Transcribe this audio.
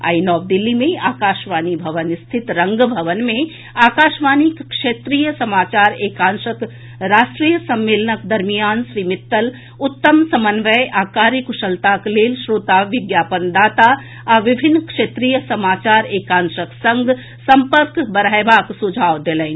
आई नव दिल्ली मे आकाशवाणी भवन स्थित रंग भवन मे आकाशवाणीक क्षेत्रीय समाचार एकांशक राष्ट्रीय सम्मेलनक दरमियान श्री मित्तल उत्तम समन्वय आ कार्यकुशलताक लेल श्रोता विज्ञापन दाता आ विभिन्न क्षेत्रीय समाचार एकांशक संग सम्पर्क बढ़यबाक सुझाव देलनि